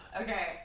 Okay